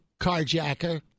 carjacker